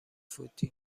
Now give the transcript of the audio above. فوتی